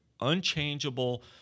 unchangeable